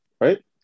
right